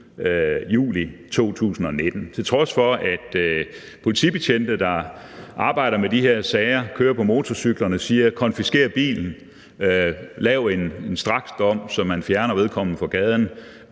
juli 2019 – til trods for at politibetjente, der arbejder med de her sager, kører på motorcyklerne, siger: Konfisker bilen; lav en straksdom, så man fjerner vedkommende fra gaden;